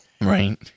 right